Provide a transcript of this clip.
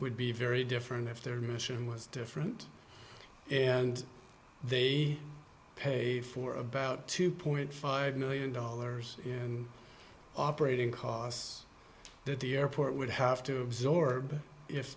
would be very different if their mission was different and they paid for about two point five million dollars in operating costs that the airport would have to absorb if